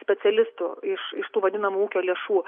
specialistų iš iš tų vadinamų ūkio lėšų